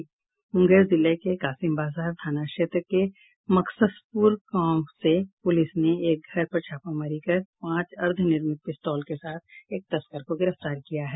मूंगेर जिले के कासिमबाजार थाना क्षेत्र के मकससपूर गांव से पूलिस ने एक घर पर छापेमारी कर पांच अद्धनिर्मित पिस्तौल के साथ एक तस्कर को गिरफ्तार किया है